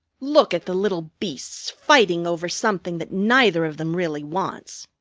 look at the little beasts fighting over something that neither of them really wants!